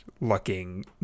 looking